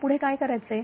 आता पुढे काय करायचे